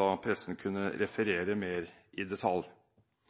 da pressen kunne referere mer i detalj.